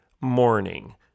morning